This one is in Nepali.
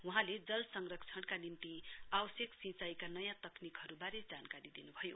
वहाँले जल संरक्षणका निम्ति आवश्यक सिंचाईका नयाँ तकनिकहरूबारे जानकारी दिन्भयो